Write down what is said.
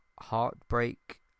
heartbreak